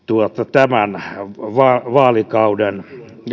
tämän vaalikauden